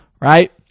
right